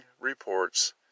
reports